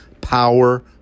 power